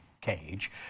cage